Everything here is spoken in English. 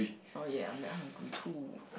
oh ya I'm very hungry too